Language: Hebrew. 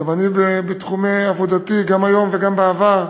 גם אני בתחומי עבודתי, גם היום וגם בעבר,